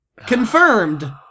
confirmed